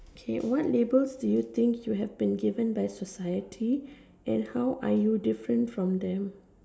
okay what label do you think you have been given by society and how are you different from them